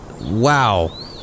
Wow